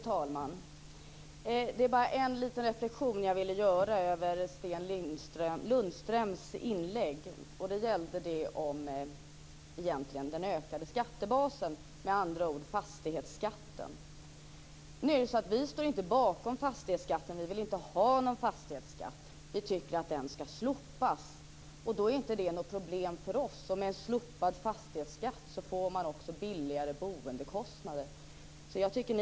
Fru talman! Jag vill göra en liten reflexion över Sten Lundströms inlägg. Den gäller frågan om den ökade skattebasen, med andra ord fastighetsskatten. Vi står inte bakom fastighetsskatten. Vi vill inte ha någon fastighetsskatt. Vi tycker att den skall slopas. Det är inte något problem för oss. Med en slopad fastighetsskatt får man billigare boendekostnader.